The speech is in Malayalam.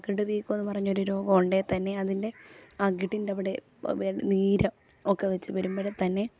അകിട് വീക്കമെന്ന് പറഞ്ഞൊര് രോഗം ഉണ്ടേൽ തന്നെ അതിൻ്റെ അകിടിൻ്റവിടെ നീര് ഒക്കെ വെച്ച് വരുമ്പഴെ തന്നെ